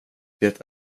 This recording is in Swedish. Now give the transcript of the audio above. det